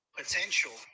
potential